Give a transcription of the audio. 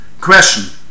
question